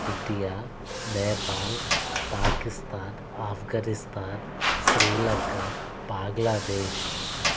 India Nepal Pakistan Afghanistan Sri Lanka Bangladesh